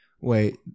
Wait